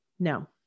No